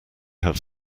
have